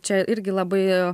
čia irgi labai